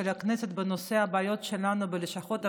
הכנסת בנושא הבעיות שלנו בלשכות הפנים,